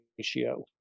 ratio